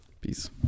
Peace